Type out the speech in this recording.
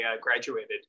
graduated